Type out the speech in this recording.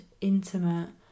intimate